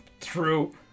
true